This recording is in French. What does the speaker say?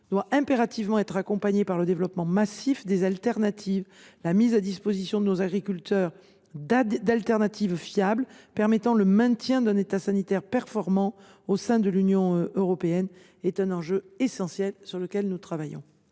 doit impérativement être accompagné du développement massif d’alternatives : la mise à disposition de nos agriculteurs d’outils de substitution fiables permettant le maintien d’un état sanitaire performant au sein de l’Union européenne est un enjeu essentiel, sur lequel nous travaillons.